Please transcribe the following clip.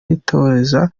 yitoreza